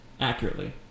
accurately